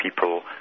people